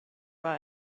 war